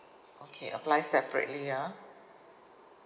okay apply separately ah